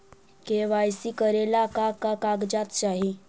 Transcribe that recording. KYC करे ला का का कागजात चाही?